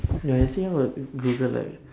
ya I think I would google like